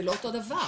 זה לא אותו דבר.